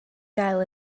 gael